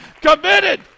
committed